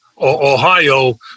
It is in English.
Ohio